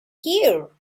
here